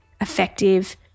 effective